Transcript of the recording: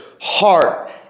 heart